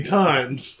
times